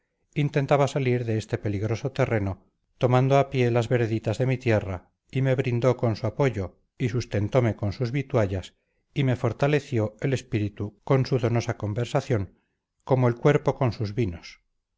intentaba salir de este peligroso terreno tomando a pie las vereditas de mi tierra y me brindó con su apoyo y sustentome con sus vituallas y me fortaleció el espíritu con su donosa conversación como el cuerpo con sus vinos